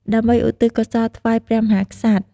ដើម្បីឧទ្ទិសកុសលថ្វាយព្រះមហាក្សត្រ។